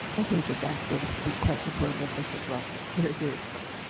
i think the dac would be quite supportive of this as well. it's very, very quick.